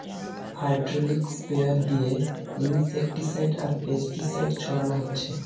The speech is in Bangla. হ্যাড্রলিক স্প্রেয়ার দিয়ে ইনসেক্টিসাইড আর পেস্টিসাইড ছোড়ানা হচ্ছে